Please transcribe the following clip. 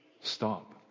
Stop